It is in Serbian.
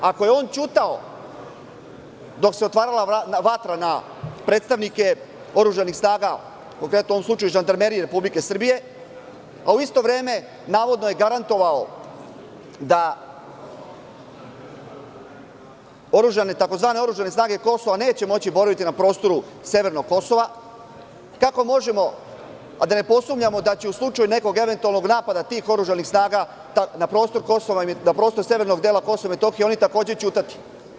Ako je on ćutao dok se otvarala vatra na predstavnike oružanih snaga, konkretno u ovom slučaju žandarmerije Republike Srbije, a u isto vreme navodno je garantovao da tzv. oružane snage Kosova neće moći boraviti na prostoru severnog Kosova, kako možemo, a da ne posumnjamo, da će u slučaju nekog eventualnog napada tih oružanih snaga na prostor severnog dela KiM oni takođe ćutati?